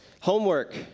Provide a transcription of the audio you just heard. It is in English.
homework